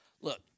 Look